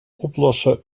oplossen